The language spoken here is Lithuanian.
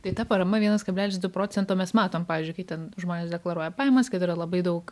tai ta parama vienas kablelis du procento mes matom pavyzdžiui kai ten žmonės deklaruoja pajamas kad yra labai daug